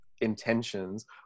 intentions